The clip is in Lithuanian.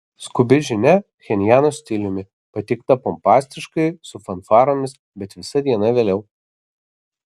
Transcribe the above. skubi žinia pchenjano stiliumi pateikta pompastiškai su fanfaromis bet visa diena vėliau